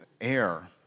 air